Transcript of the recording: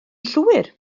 llwyr